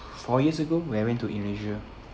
four years ago where I went to indonesia